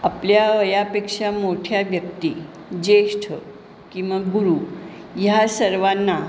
आपल्या वयापेक्षा मोठ्या व्यक्ती ज्येष्ठ किंवा गुरु ह्या सर्वांना